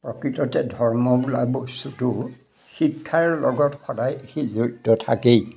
প্ৰকৃততে ধৰ্ম বোলা বস্তুটো শিক্ষাৰ লগত সদায় সি জড়িত থাকেই